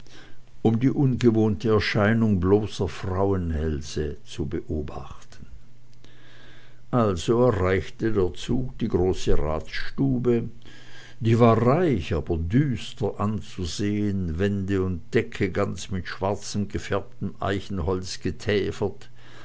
um die ungewohnte erscheinung bloßer frauenhälse zu beobachten also erreichte der zug die große ratsstube die war reich aber düster anzusehen wände und decke ganz mit schwarzgefärbtem eichenholz getäfert